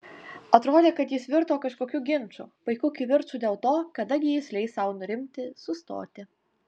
atrodė kad jis virto kažkokiu ginču paiku kivirču dėl to kada gi jis leis sau nurimti sustoti